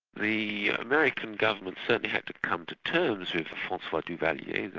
the american government certainly had to come to terms with francois duvalier,